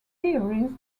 theories